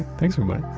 thanks, everybody